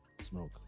smoke